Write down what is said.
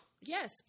Yes